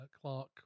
Clark